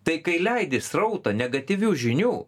tai kai leidi srautą negatyvių žinių